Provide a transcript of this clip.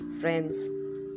friends